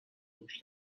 گوش